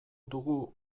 dugu